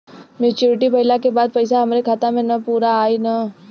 Maturity भईला के बाद पईसा हमरे खाता म पूरा आई न?